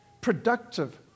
productive